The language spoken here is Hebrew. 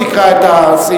תקרא את הסעיף.